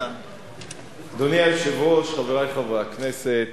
אדוני היושב-ראש, חברי חברי הכנסת,